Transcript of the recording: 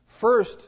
First